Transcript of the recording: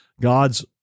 God's